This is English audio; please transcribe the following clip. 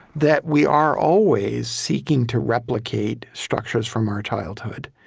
that we are always seeking to replicate structures from our childhood,